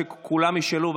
שכולם ישאלו,